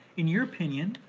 in your opinion,